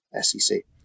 SEC